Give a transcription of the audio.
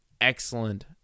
excellent